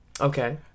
Okay